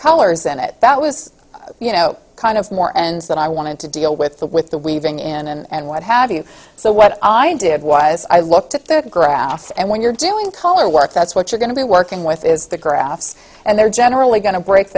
colors in it that was you know kind of more and that i wanted to deal with the with the weaving in and what have you so what i did was i looked at the graphs and when you're doing color work that's what you're going to be working with is the graphs and they're generally going to break